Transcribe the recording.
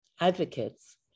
advocates